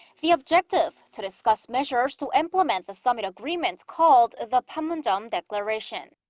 the objective to discuss measures to implement the summit agreement. called the panmunjom declaration.